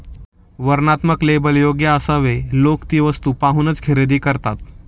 वर्णनात्मक लेबल योग्य असावे लोक ती वस्तू पाहूनच खरेदी करतात